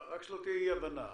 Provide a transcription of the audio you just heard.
רק שלא תהיה אי הבנה,